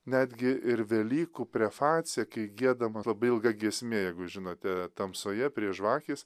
netgi ir velykų prefacija kai giedama labai ilga giesmė jeigu žinote tamsoje prie žvakės